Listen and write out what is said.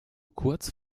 kurz